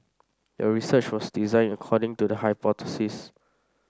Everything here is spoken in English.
the research was designed according to the hypothesis